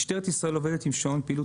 משטרת ישראל עובדת עם שעון פעילות,